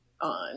on